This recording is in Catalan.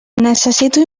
necessito